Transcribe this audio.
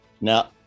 Now